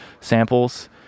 samples